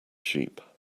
sheep